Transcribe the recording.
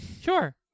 Sure